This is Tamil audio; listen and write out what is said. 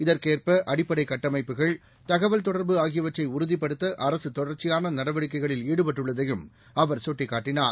இதற்கேற்ப அடிப்படை கட்டமைப்புகள் தகவல் தொடர்பு ஆகியவற்றை உறுதிப்படுத்த அரசு தொடர்ச்சியான நடவடிக்கைகளில் ஈடுபட்டுள்ளதையும் அவர் சுட்டிக்காட்டினார்